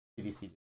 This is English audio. CDC